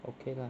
okay lah